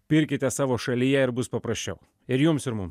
pirkite savo šalyje ir bus paprasčiau ir jums ir mum